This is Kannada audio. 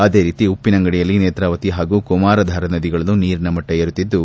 ಅದೇ ರೀತಿ ಉಪ್ಪಿನಂಗಡಿಯಲ್ಲಿ ನೇತಾವತಿ ಪಾಗೂ ಕುಮಾರಧಾರ ನದಿಗಳಲ್ಲೂ ನೀರಿನ ಮಟ್ಟ ಏರುತ್ತಿದ್ದು